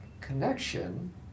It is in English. connection